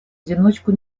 одиночку